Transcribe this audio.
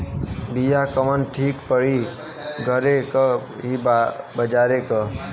बिया कवन ठीक परी घरे क की बजारे क?